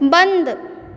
बन्द